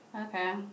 Okay